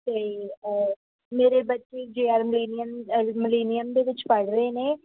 ਅਤੇ ਮੇਰੇ ਬੱਚੇ ਜੇ ਆਰ ਮਿਲੇਨੀਅਮ ਮਿਲੇਨੀਅਮ ਦੇ ਵਿੱਚ ਪੜ੍ਹ ਰਹੇ ਨੇ